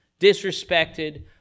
disrespected